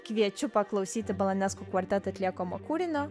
kviečiu paklausyti balanesku kvartet atliekamo kūrinio